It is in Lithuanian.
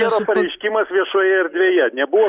yra pareiškimas viešoje erdvėje nebuvo